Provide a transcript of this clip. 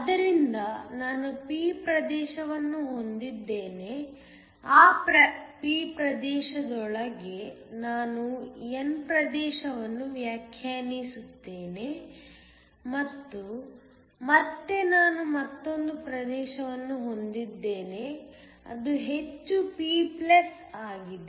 ಆದ್ದರಿಂದ ನಾನು p ಪ್ರದೇಶವನ್ನು ಹೊಂದಿದ್ದೇನೆ ಆ p ಪ್ರದೇಶದೊಳಗೆ ನಾನು n ಪ್ರದೇಶವನ್ನು ವ್ಯಾಖ್ಯಾನಿಸುತ್ತೇನೆ ಮತ್ತು ಮತ್ತೆ ನಾನು ಮತ್ತೊಂದು ಪ್ರದೇಶವನ್ನು ಹೊಂದಿದ್ದೇನೆ ಅದು ಹೆಚ್ಚು p ಆಗಿದೆ